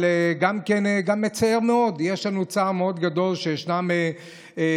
אבל גם מצער מאוד: יש לנו צער מאוד גדול שישנם בודדים,